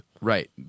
Right